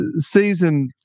season